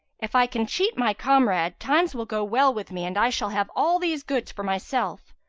if i can cheat my comrade, times will go well with me and i shall have all these goods for myself.